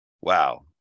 Wow